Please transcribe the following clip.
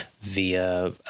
via